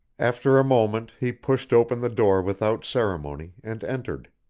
after a moment he pushed open the door without ceremony, and entered.